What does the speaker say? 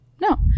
no